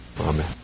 Amen